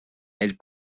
elle